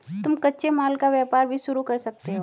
तुम कच्चे माल का व्यापार भी शुरू कर सकते हो